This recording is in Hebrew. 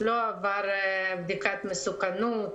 לא עבר בדיקת מסוכנות,